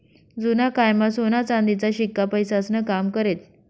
जुना कायमा सोना चांदीचा शिक्का पैसास्नं काम करेत